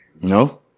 No